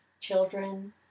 children